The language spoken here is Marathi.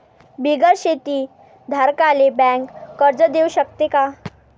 बिगर शेती धारकाले बँक कर्ज देऊ शकते का?